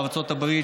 בארצות הברית,